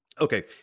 okay